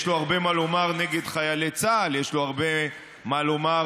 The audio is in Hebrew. יש לו הרבה מה לומר